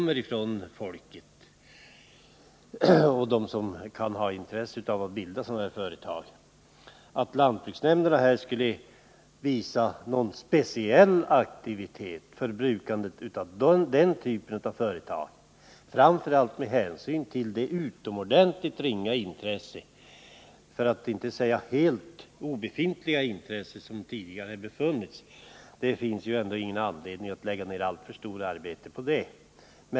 Man kan inte begära att lantbruksnämnderna skall utveckla någon speciell aktivitet för att bilda sådana företag, särskilt som intresset från lantbrukarna hittills har varit utomordentligt ringa — för att inte säga helt obefintligt.